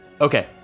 okay